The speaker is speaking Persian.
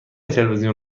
تلویزیون